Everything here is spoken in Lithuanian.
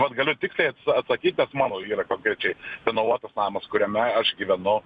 vat galiu tiksliai atsakyk kas mano yra konkrečiai renovuotas namas kuriame aš gyvenu